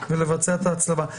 ולבצע את ההצלבה.